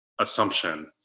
assumption